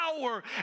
Power